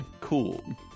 cool